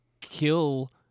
kill